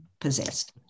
possessed